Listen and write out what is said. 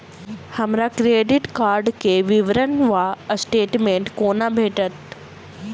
हमरा credit card केँ विवरण वा स्टेटमेंट कोना भेटत?